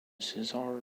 cesare